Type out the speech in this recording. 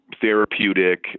therapeutic